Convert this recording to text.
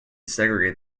segregate